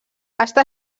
està